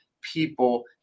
people